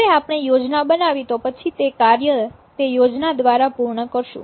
હવે આપણે યોજના બનાવી તો પછી તે કાર્ય તે યોજના દ્વારા પૂર્ણ કરશું